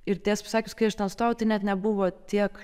ir tiesą pasakius kai aš ten stojau tai net nebuvo tiek